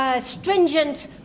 stringent